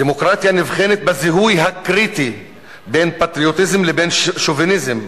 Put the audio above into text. הדמוקרטיה נבחנת בזיהוי הקריטי בין פטריוטיזם לשוביניזם,